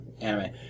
anime